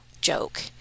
joke